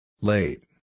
Late